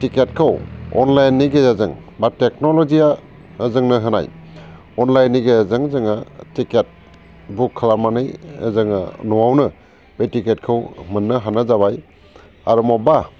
टिकेटखौ अनलाइननि गेजेरजों बा टेक्नलजिया जोंनो होनाय अनलाइननि गेजेरजों जोङो टिकेट बुक खालामनानै जोङो न'आवनो बे टिकेटखौ मोननो हानाय जाबाय आरो मबावबा